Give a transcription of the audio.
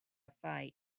fight